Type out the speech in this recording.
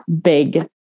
big